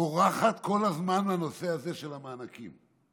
בורחת כל הזמן מהנושא הזה של המענקים.